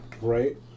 right